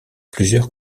plusieurs